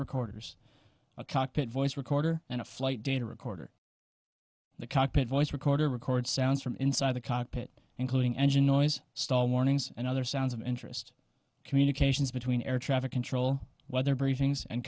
recorders a cockpit voice recorder and a flight data recorder the cockpit voice recorder records sounds from inside the cockpit including engine noise stall warnings and other sounds of interest communications between air traffic control weather briefings and